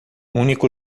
único